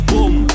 Boom